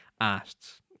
asked